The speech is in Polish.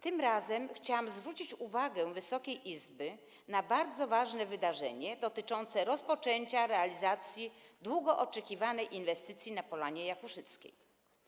Tym razem chciałam zwrócić uwagę Wysokiej Izby na bardzo ważne wydarzenie dotyczące rozpoczęcia realizacji długo oczekiwanej inwestycji na Polanie Jakuszyckiej.